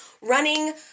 running